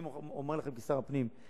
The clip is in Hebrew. אני אומר לכם כשר הפנים,